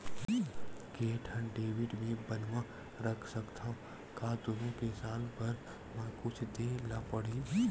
के ठन डेबिट मैं बनवा रख सकथव? का दुनो के साल भर मा कुछ दे ला पड़ही?